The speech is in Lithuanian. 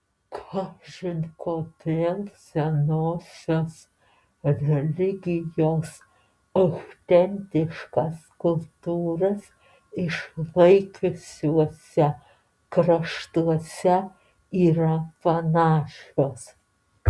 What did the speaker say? kažin kodėl senosios religijos autentiškas kultūras išlaikiusiuose kraštuose yra panašios